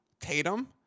Tatum